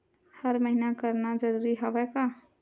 हर महीना करना जरूरी हवय का?